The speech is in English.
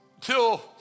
Till